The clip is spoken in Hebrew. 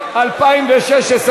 לשנת התקציב 2016,